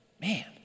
Man